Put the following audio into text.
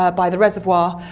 ah by the reservoir,